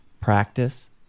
practice